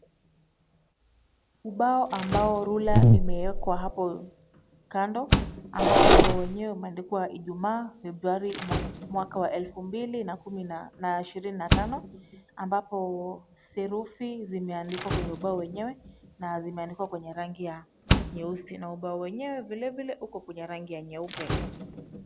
Ubao ambao rula imewekwa hapo kando, ambapo ubao wenyewe umeandikwa Ijumaa, Februari mwaka wa elfu mbili na ishirini na tano, ambapo serufi zimeandikwa kwenye ubao wenyewe na zimeandikwa kwenye rangi ya nyeusi na ubao wenyewe vilevile uko kwenye rangi ya nyeupe.